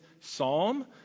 psalm